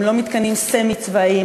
הם לא מתקנים סמי-צבאיים,